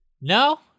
No